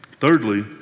Thirdly